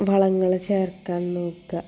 വളങ്ങൾ ചേർക്കാൻ നോക്കുക